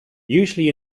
usually